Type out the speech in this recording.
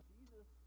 Jesus